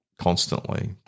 constantly